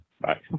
Bye